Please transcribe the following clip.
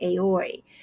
Aoi